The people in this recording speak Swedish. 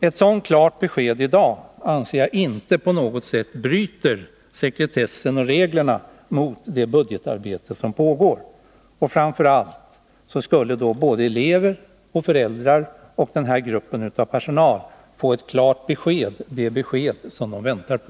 Ett sådant klart besked i dag anser jag inte på något sätt bryter mot sekretessen och reglerna kring det budgetarbete som pågår. Och framför allt skulle både elever och föräldrar och den här gruppen personal få ett klart besked — det besked som de väntar på.